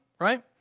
Right